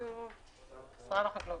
משרד החקלאות.